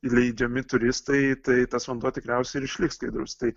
įleidžiami turistai tai tas vanduo tikriausiai ir išliks skaidrus tai